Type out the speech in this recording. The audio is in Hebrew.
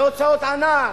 להוצאות ענק.